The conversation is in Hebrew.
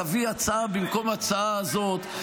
תביא הצעה במקום ההצעה הזאת,